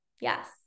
yes